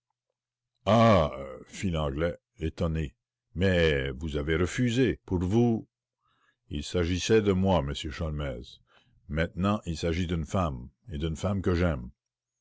l'anglais étonné mais vous avez refusé pour vous il s'agissait de moi m sholmès maintenant il s'agit d'une femme et d'une femme que j'ai